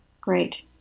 Great